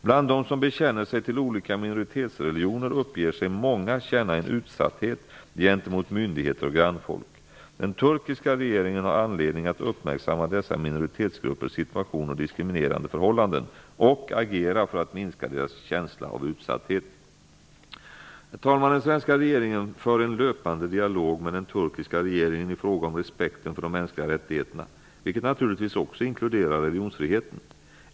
Bland dem som bekänner sig till olika minoritetsreligioner uppger sig många känna en utsatthet gentemot myndigheter och grannfolk. Den turkiska regeringen har anledning att uppmärksamma dessa minoritetsgruppers situation och diskriminerande förhållanden och agera för att minska deras känsla av utsatthet. Herr talman! Den svenska regeringen för en löpande dialog med den turkiska regeringen i fråga om respekten för de mänskliga rättigheterna, vilket naturligtvis också inkluderar religionsfriheten.